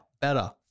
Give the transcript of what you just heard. better